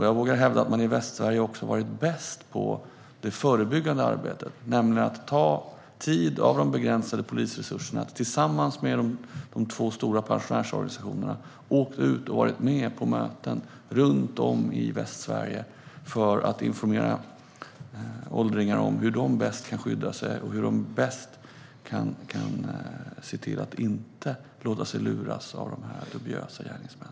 Jag vågar hävda att man i Västsverige också har varit bäst på det förebyggande arbetet, nämligen att ta tid av de begränsade polisresurserna för att tillsammans med de två stora pensionärsorganisationerna åka ut och vara med på möten runt om i Västsverige för att informera åldringar om hur de bäst kan skydda sig och hur de bäst kan se till att de inte låter sig luras av dessa dubiösa gärningsmän.